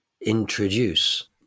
introduce